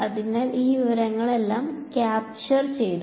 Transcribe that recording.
അതിനാൽ ആ വിവരങ്ങളെല്ലാം ക്യാപ്ചർ ചെയ്തു